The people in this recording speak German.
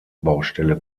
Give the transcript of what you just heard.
baustelle